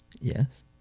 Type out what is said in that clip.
Yes